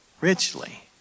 richly